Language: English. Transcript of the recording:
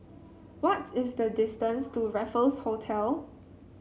what is the distance to Raffles Hotel